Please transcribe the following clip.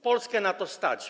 Polskę na to stać.